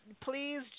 please